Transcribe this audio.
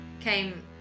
came